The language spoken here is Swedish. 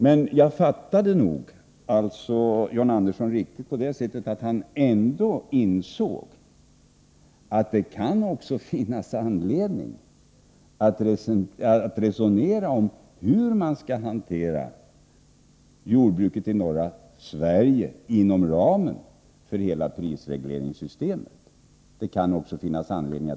Men jag uppfattade det som John Andersson sade på det sättet, att han insåg att det kan finnas anledning att också resonera om hur man skall hantera stödet till jordbruket i norra Sverige inom ramen för hela prisregleringssystemet.